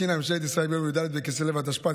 התקינה ממשלת ישראל ביום י"ד בכסלו התשפ"ד,